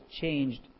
changed